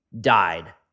died